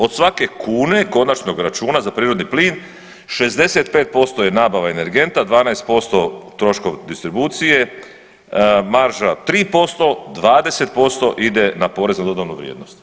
Od svake kune konačnog računa za prirodni plin 65% je nabava energenta, 12% troškovi distribucije, marža 3%, 20% ide na porez na dodanu vrijednost.